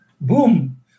Boom